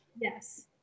Yes